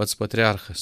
pats patriarchas